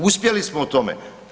Uspjeli smo u tome.